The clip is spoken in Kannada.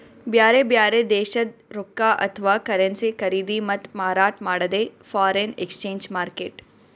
ಬ್ಯಾರೆ ಬ್ಯಾರೆ ದೇಶದ್ದ್ ರೊಕ್ಕಾ ಅಥವಾ ಕರೆನ್ಸಿ ಖರೀದಿ ಮತ್ತ್ ಮಾರಾಟ್ ಮಾಡದೇ ಫಾರೆನ್ ಎಕ್ಸ್ಚೇಂಜ್ ಮಾರ್ಕೆಟ್